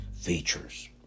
features